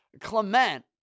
Clement